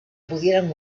pudieran